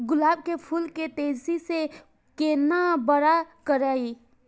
गुलाब के फूल के तेजी से केना बड़ा करिए?